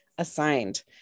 Assigned